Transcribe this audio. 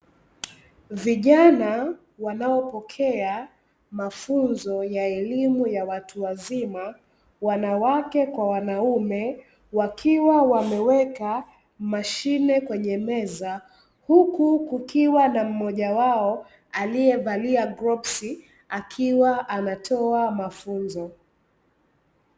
Vijana wanaopokea mafunzo ya elimu ya watu wazima, (wanawake kwa wanaume), wakiwa wameweweka mashine kwenye meza, huku kukiwa na mmoja wao alievalia glavu akiwa anatoa mafunzo.